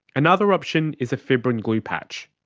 another option is a fibrin glue patch.